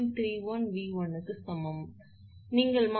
31𝑉1 க்கு சமம் நீங்கள் இங்கே மாற்றுங்கள்